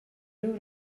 ryw